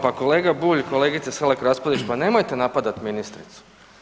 Pa kolega Bulj, kolegice Selak Raspudić, pa nemojte napadati ministricu.